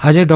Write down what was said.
આજે ડો